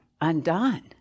undone